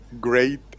Great